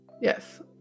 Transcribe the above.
Yes